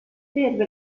serve